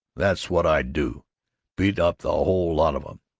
that's what i'd do beat up the whole lot of em!